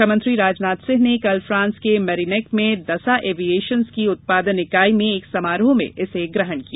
रक्षामंत्री राजनाथ सिंह ने कल फ्रांस को मेरीनेक में दसां एविऐशन की उत्पादन इकाई में एक समारोह में इसे ग्रहण किया